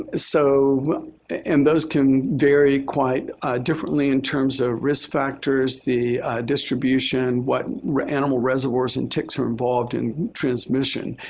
ah so and those can vary quite differently in terms of risk factors, the distribution, what animal reservoirs and ticks are involved in transmission.